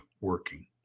working